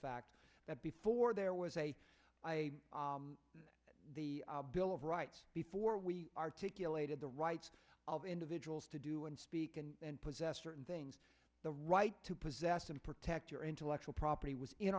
fact that before there was a the bill of rights before we articulated the rights of individuals to do and speak and possess certain things the right to possess and protect your intellectual property was in